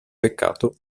peccato